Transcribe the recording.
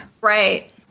Right